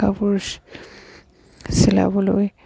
কাপোৰ চিলাবলৈ